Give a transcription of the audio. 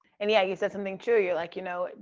and yeah, you said something true. you're like, you know,